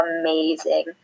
amazing